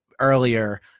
Earlier